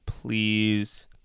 Please